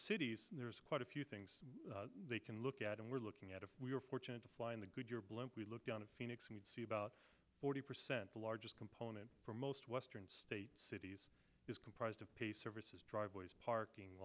cities there's quite a few things they can look at and we're looking at if we are fortunate to fly in the goodyear blimp we look down at phoenix and see about forty percent the largest component for most western states cities is comprised of pay services driveways parking